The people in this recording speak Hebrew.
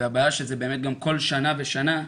והבעיה שזה באמת כל שנה ושנה,